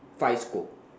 fries coke